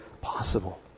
possible